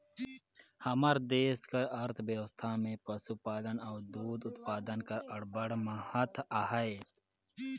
हमर देस कर अर्थबेवस्था में पसुपालन अउ दूद उत्पादन कर अब्बड़ महत अहे